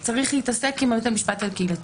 הוא צריך להתעסק עם בית המשפט הקהילתי.